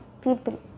people